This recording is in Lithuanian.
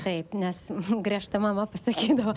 taip nes griežta mama pasakydavo